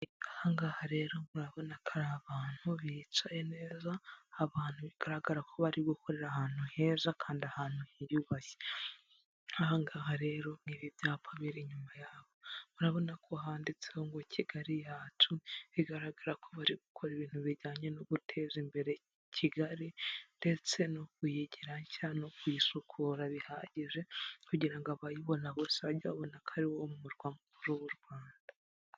Aha ngaha rero murabona ko ari abantu bicaye neza, abantu bigaragara ko bari gukorera ahantu heza kandi ahantu hiyubashye. Nk'aha ngaha rero nk'ibi byapa biri inyuma yabo, murabona ko handitseho ngo Kigali yacu, bigaragara ko bari gukora ibintu bijyanye no guteza imbere Kigali ndetse no kuyigira nshya no kuyisukura bihagije, kugira ngo abayibona bose bajye bayibona ko ari wo mu murwa mukuru w'u Rwanda.